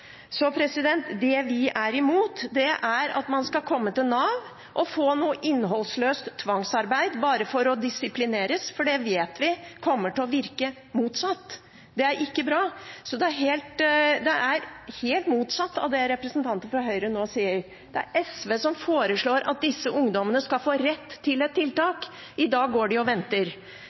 Så det er helt motsatt av det representanten fra Høyre nå sier. Det er SV som foreslår at disse ungdommene skal få rett til tiltak. I dag går de og venter.